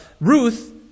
Ruth